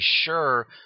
sure